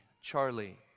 Charlie